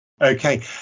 okay